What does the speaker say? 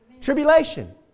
Tribulation